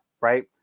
right